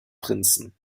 prinzen